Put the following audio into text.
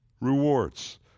Rewards